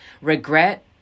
regret